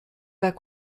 pas